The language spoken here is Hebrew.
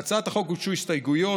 להצעת החוק הוגשו הסתייגויות,